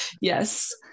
yes